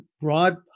broad